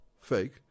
fake